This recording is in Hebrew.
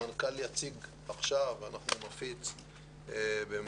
המנכ"ל יציג עכשיו ואנחנו נפיץ במהלך